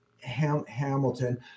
Hamilton